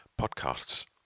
podcasts